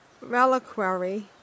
Reliquary